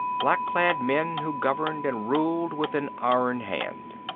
black-clad men who governed and ruled with an iron hand.